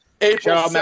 April